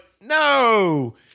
no